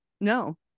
No